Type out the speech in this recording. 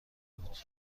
بود